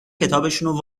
کتابشونو